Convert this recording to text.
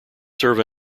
serve